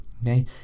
okay